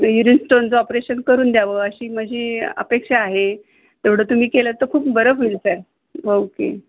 urine स्टोनचं operation करून द्यावं अशी माझी अपेक्षा आहे तेवढं तुम्ही केलंत तर खूप बरं होईल सर ओके